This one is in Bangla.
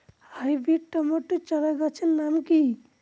হাইব্রিড টমেটো চারাগাছের নাম কি?